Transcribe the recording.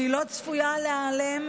והיא לא צפויה להיעלם,